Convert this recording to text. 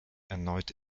erneut